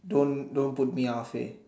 don't don't put me halfway